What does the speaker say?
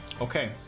Okay